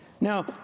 Now